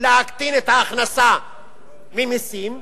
להקטין את ההכנסה ממסים,